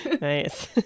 Nice